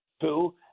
Two